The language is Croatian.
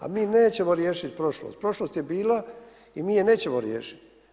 A mi nećemo riješit prošlost, prošlost je bila i mi je nećemo riješit.